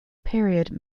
period